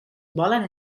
volen